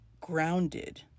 grounded